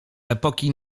epoki